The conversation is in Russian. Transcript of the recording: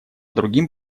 другим